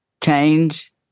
change